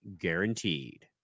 guaranteed